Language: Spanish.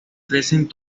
crecen